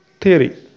theory